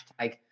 hashtag